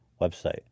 website